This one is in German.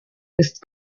ist